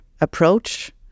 approach